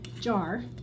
jar